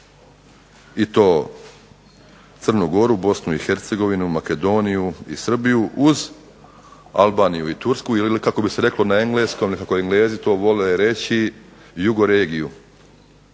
i to Crnu Goru, BiH, Makedoniju i Srbiju uz Albaniju i Tursku ili kako bi se reklo na engleskom, kako Englezi to vole reći jugoregiju.